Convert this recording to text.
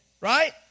Right